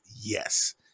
yes